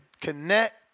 connect